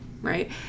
right